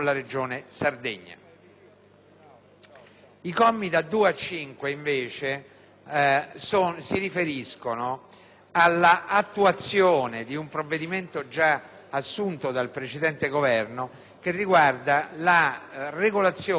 I commi da 2 a 5, invece, si riferiscono all'attuazione di un provvedimento già assunto dal precedente Governo, che riguarda la regolazione della restituzione